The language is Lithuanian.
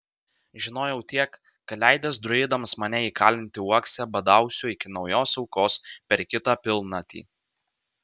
žinojau tiek kad leidęs druidams mane įkalinti uokse badausiu iki naujos aukos per kitą pilnatį